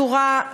בדבריו בצורה,